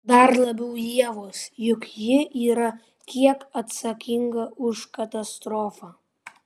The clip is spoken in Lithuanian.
dar labiau ievos juk ji yra kiek atsakinga už katastrofą